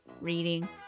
reading